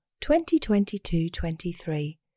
2022-23